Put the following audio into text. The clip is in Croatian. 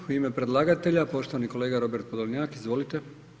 U ime predlagatelja poštovani kolega Robert Podolnjak, izvolite.